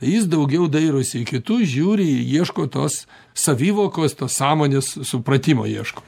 jis daugiau dairosi į kitus žiūri ieško tos savivokos tos sąmonės supratimo ieško